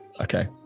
Okay